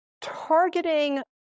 targeting